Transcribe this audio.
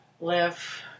live